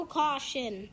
caution